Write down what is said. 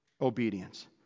obedience